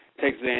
Texas